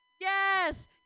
Yes